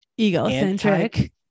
egocentric